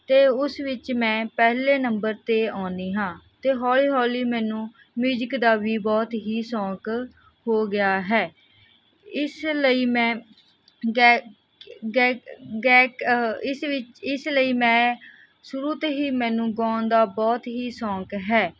ਅਤੇ ਉਸ ਵਿੱਚ ਮੈਂ ਪਹਿਲੇ ਨੰਬਰ 'ਤੇ ਆਉਂਦੀ ਹਾਂ ਅਤੇ ਹੌਲੀ ਹੌਲੀ ਮੈਨੂੰ ਮਿਊਜ਼ਿਕ ਦਾ ਵੀ ਬਹੁਤ ਹੀ ਸ਼ੌਂਕ ਹੋ ਗਿਆ ਹੈ ਇਸ ਲਈ ਮੈਂ ਗੈ ਗੈ ਗਾਇਕ ਇਸ ਵਿੱਚ ਇਸ ਲਈ ਮੈਂ ਸ਼ੁਰੂ ਤੋਂ ਹੀ ਮੈਨੂੰ ਗਾਉਣ ਦਾ ਬਹੁਤ ਹੀ ਸ਼ੌਂਕ ਹੈ